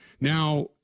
Now